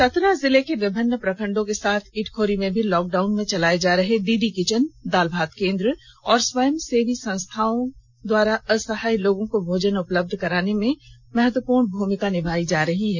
चतरा जिले के विभिन्न प्रखंडों के साथ इटखोरी में भी लॉक डाउन में चलाये जा रहे दीदी किचन दाल भात केन्द्र और स्वंयसेवी संस्थायें असहाय लोगों को भोजन उपलब्ध कराने में महत्वपूर्ण भूमिका निभा रही हैं